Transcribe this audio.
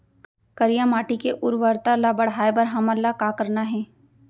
करिया माटी के उर्वरता ला बढ़ाए बर हमन ला का करना हे?